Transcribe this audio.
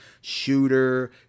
Shooter